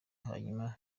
hanyuma